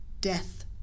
death